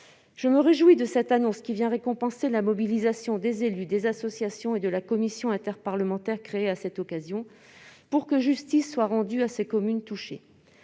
Je me réjouis de cette annonce, qui récompense la mobilisation des élus, des associations et de la commission interparlementaire créée à cette occasion, pour que justice soit rendue à ces communes touchées.